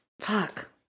Fuck